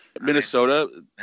Minnesota